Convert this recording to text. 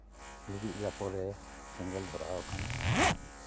ᱞᱩᱜᱽᱲᱤᱡ ᱞᱟᱯᱚ ᱨᱮ ᱥᱮᱸᱜᱮᱞ ᱫᱷᱚᱨᱟᱣ ᱟᱠᱟᱱᱟ